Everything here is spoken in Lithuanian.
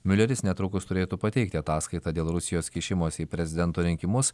miuleris netrukus turėtų pateikti ataskaitą dėl rusijos kišimosi į prezidento rinkimus